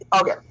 Okay